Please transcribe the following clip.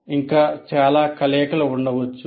ఇంకా చాలా కలయికలు ఉండవచ్చు